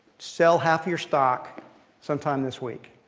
sell half of your stock sometime this week.